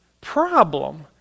problem